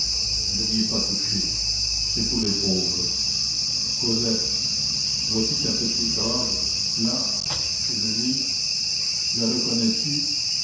je n'y ai pas touché c'est pour les pauvres cosette vois-tu ta petite robe là sur le lit la reconnais-tu